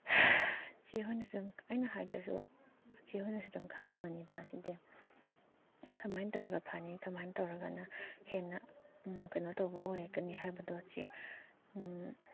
ꯆꯦ ꯍꯣꯏꯅꯁꯨ ꯑꯗꯨꯝ ꯑꯩꯅ ꯍꯥꯏꯗꯔꯁꯨ ꯆꯦ ꯍꯣꯏꯅꯁꯨ ꯑꯗꯨꯝ ꯈꯪꯉꯝꯃꯅꯤꯗ ꯁꯤꯗꯤ ꯀꯃꯥꯏꯅ ꯇꯧꯔꯒ ꯐꯅꯤ ꯀꯃꯥꯏꯅ ꯇꯧꯔꯒꯅ ꯍꯦꯟꯅ ꯀꯩꯅꯣ ꯇꯧꯕ ꯑꯣꯏꯔꯛꯀꯅꯤ ꯍꯥꯏꯕꯗꯣ ꯆꯦ